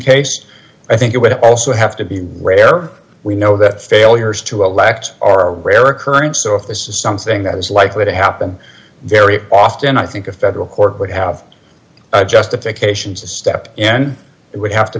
case i think it would also have to be rare we know that failures to elect are a rare occurrence so if this is something that is likely to happen very often i think a federal court would have a justification to step in it would have to